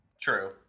True